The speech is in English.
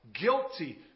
guilty